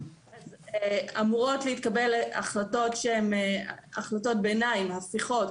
אמורות להתקבל החלטות שהן החלטות ביניים - הפיכות.